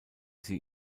sie